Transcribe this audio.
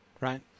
Right